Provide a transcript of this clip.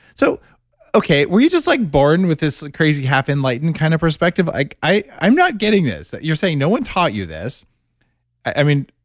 so okay, were you just like born with this crazy half-enlightened kind of perspective. like i'm not getting this. you're saying no one taught you this i mean,